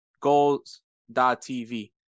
goals.tv